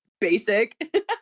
Basic